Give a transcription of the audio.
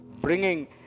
bringing